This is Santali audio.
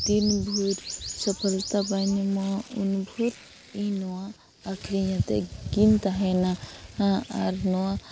ᱫᱤᱱ ᱵᱷᱩᱨ ᱥᱚᱯᱷᱚᱞᱚᱛᱟ ᱵᱟᱝ ᱧᱟᱢᱚᱜᱼᱟ ᱩᱱ ᱵᱷᱳᱨ ᱤᱧ ᱱᱚᱣᱟ ᱟᱹᱠᱷᱨᱤᱧᱟᱛᱮᱫ ᱜᱤᱧ ᱛᱟᱦᱮᱱᱟ ᱟᱨ ᱱᱚᱣᱟ